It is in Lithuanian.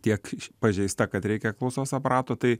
tiek pažeista kad reikia klausos aparato tai